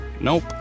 Nope